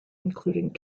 including